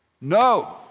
No